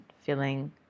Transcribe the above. feeling